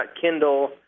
Kindle